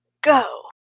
Go